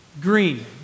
Green